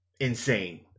insane